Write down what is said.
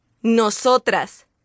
Nosotras